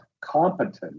competent